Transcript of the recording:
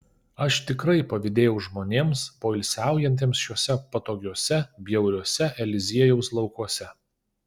aš tikrai pavydėjau žmonėms poilsiaujantiems šiuose patogiuose bjauriuose eliziejaus laukuose